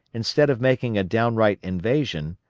instead of making a downright invasion,